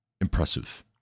impressive